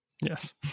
yes